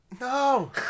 No